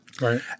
Right